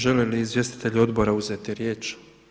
Žele li izvjestitelji odbora uzeti riječ?